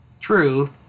True